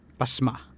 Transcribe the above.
pasma